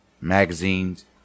magazines